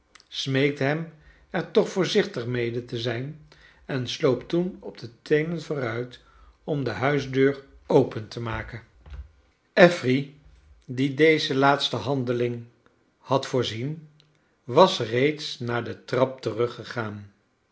hem er toch voorzichtig mede te zijn en sloop toen op de teenen vooruit om de huisdeur open te maken affery die deze laatste handeling had voorzien was reeds naar de trap teruggegaan